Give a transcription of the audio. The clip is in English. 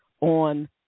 on